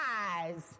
eyes